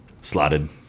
slotted